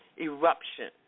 eruption